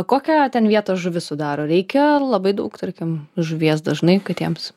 kokią ten vietą žuvis sudaro reikia labai daug tarkim žuvies dažnai katėms